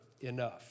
enough